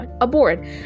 aboard